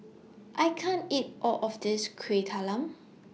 I can't eat All of This Kuih Talam